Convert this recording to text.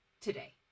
today